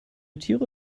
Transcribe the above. tiere